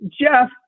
Jeff